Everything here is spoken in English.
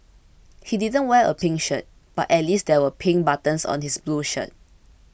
he didn't wear a pink shirt but at least there were pink buttons on his blue shirt